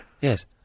Yes